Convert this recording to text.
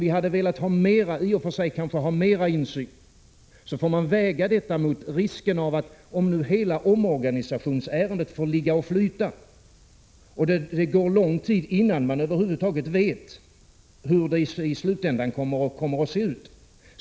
Även om vi kanske i och för sig hade velat ha mera insyn, får man väga detta mot risken att hela omorganisationsärendet får ligga och flyta och att det går lång tid innan man över huvud taget vet hur det i slutändan kommer att se ut.